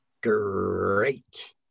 Great